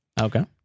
Okay